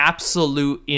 Absolute